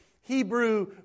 Hebrew